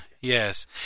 yes